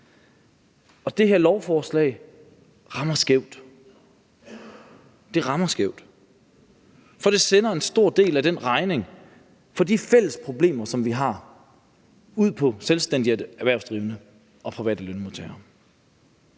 Det her lovforslag rammer skævt. Det rammer skævt, for det sender en stor del af den regning for de fælles problemer, som vi har, ud på selvstændigt erhvervsdrivende og private lønmodtagere.